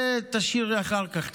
את זה תשאירי לאחר כך.